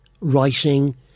writing